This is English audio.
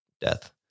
death